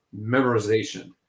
memorization